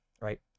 right